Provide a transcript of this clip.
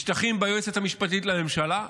משתלחים ביועצת המשפטית לממשלה,